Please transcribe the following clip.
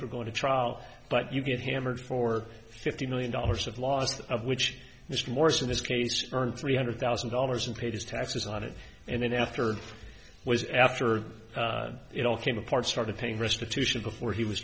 for going to trial but you get hammered for fifty million dollars of loss of which mr morse in his case earned three hundred thousand dollars and paid his taxes on it and then after it was after it all came apart started paying restitution before he was